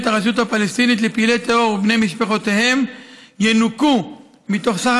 הרשות הפלסטינית לפעילי טרור ובני משפחותיהם ינוכו מתוך סך